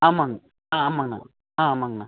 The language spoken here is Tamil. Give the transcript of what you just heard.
ஆமாங்க ஆ ஆமாங்கண்ணா ஆ ஆமாங்கண்ணா